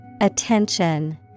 Attention